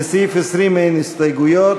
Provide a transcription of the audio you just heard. לסעיף 20 אין הסתייגויות.